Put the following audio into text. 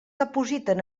dipositen